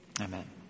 Amen